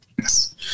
Yes